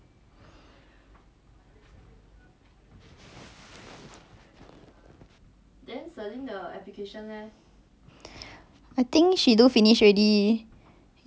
I think she do finish already ya cause like she managed to find out the documents like ke na got do before then she teach her like how to do all the stuff so she settle already